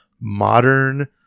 Modern